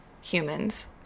humans